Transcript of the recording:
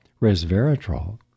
resveratrol